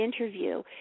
interview